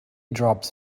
drops